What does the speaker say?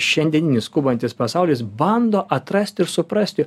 šiandieninis skubantis pasaulis bando atrasti ir suprasti